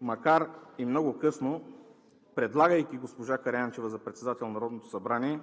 Макар и много късно, предлагайки госпожа Караянчева за председател на Народното събрание,